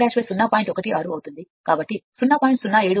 07 0